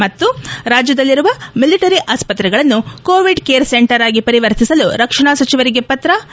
ಹಾಗೂ ರಾಜ್ವದಲ್ಲಿರುವ ಮಿಲಿಟರಿ ಆಸ್ಷತ್ರೆಗಳನ್ನು ಕೋವಿಡ್ ಕೇರ್ ಸೆಂಟರ್ ಪರಿವರ್ತಿಸಲು ರಕ್ಷಣಾ ಸಚಿವರಿಗೆ ಪತ್ರ